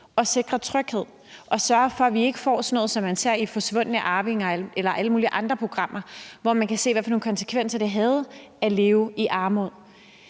og sikre tryghed og sørge for, at vi ikke får sådan noget, som man ser i »Forsvundne arvinger« eller alle mulige andre programmer, hvor man kan se, hvilke konsekvenser det havde at leve i armod.